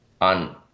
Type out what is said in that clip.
on